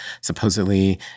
Supposedly